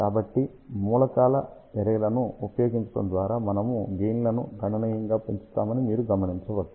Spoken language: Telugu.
కాబట్టి మూలకాల ఎరేలను ఉపయోగించడం ద్వారా మనము గెయిన్ లను గణనీయంగా పెంచుతామని మీరు గమనించవచ్చు